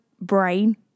brain